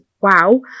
wow